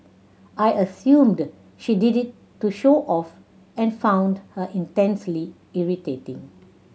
I assumed she did it to show off and found her intensely irritating